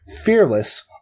fearless